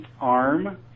arm